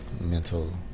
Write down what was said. mental